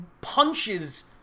punches